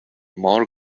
more